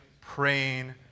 praying